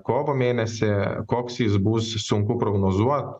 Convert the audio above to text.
kovo mėnesį koks jis bus sunku prognozuot